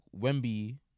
Wemby